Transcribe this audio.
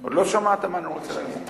עוד לא שמעת מה אני רוצה להגיד.